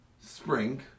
spring